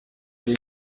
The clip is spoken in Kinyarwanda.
yari